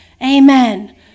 Amen